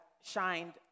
shined